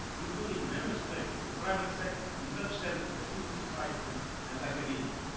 including member states, the private sector, research centres, civil society and academia.